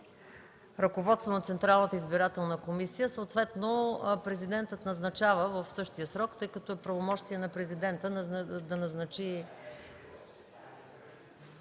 ръководството на Централната избирателна комисия, съответно Президентът назначава в същия срок, тъй като правомощие на Президента е да назначи...